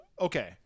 okay